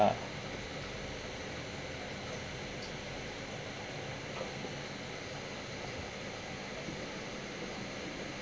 what